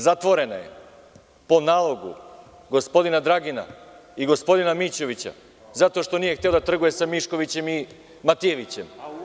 Zatvorena je po nalogu gospodina Dragina i gospodina Mićevića zato što nije hteo da trguje sa Miškovićem i Matijevićem.